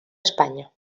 espanya